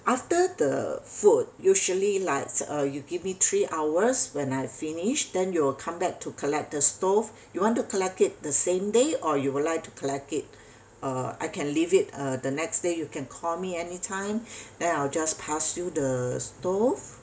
after the food usually like uh you give me three hours when I finish then you'll come back to collect the stove you want to collect it the same day or you would like to collect it uh I can leave it uh the next day you can call me anytime then I'll just pass you the stove